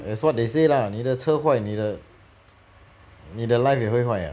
as what they say lah 你的车坏你的你的 life 也会坏